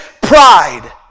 pride